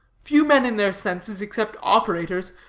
few men in their senses, except operators,